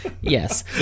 Yes